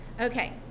Okay